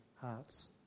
hearts